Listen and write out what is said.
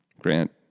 Grant